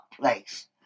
place